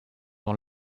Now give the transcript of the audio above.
dans